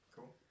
Cool